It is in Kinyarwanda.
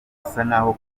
nk’aho